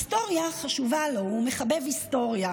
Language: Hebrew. ההיסטוריה חשובה לו, הוא מחבב היסטוריה.